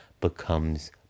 becomes